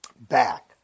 back